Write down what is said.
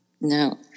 No